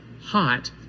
hot